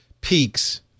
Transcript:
peaks